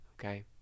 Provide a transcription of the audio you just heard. okay